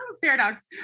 paradox